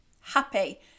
happy